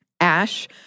Ash